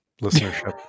listenership